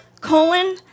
colon